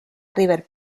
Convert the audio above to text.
river